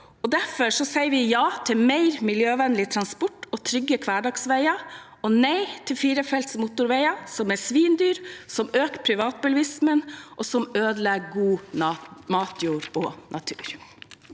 Derfor sier vi ja til mer miljøvennlig transport og trygge hverdagsveier og nei til firefelts motorveier, som er svinedyre, øker privatbilismen og ødelegger god matjord og natur.